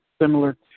similar